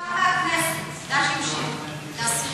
ישר מהכנסת, ד"ש עם שיר לאסירים.